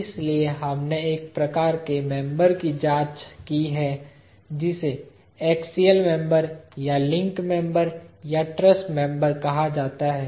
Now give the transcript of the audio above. इसलिए हमने एक प्रकार के मेंबर की जांच की है जिसे एक्सियल मेंबर या लिंक मेंबर या ट्रस मेंबर कहा जाता है